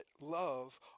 love